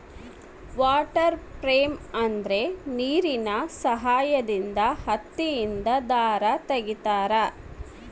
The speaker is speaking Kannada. ವಾಟರ್ ಫ್ರೇಮ್ ಅಂದ್ರೆ ನೀರಿನ ಸಹಾಯದಿಂದ ಹತ್ತಿಯಿಂದ ದಾರ ತಗಿತಾರ